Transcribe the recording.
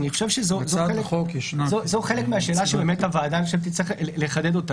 זה חלק מהשאלה שהוועדה תצטרך לחדד.